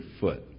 foot